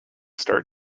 start